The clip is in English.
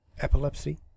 epilepsy